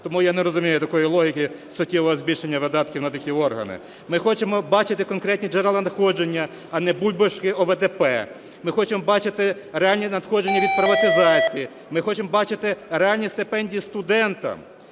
Тому я не розумію такої логіки суттєвого збільшення видатків на такі органи. Ми хочемо бачити конкретні джерела надходження, а не бульбашки ОВДП. Ми хочемо бачити реальні надходження від приватизації. Ми хочемо бачити реальні стипендії студентам,